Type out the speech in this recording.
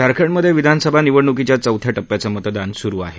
झारखंडमधे विधानसभा निवडणुकीच्या चौथ्या टप्प्याचं आज मतदान होतं आहे